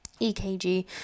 EKG